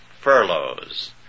furloughs